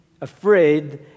afraid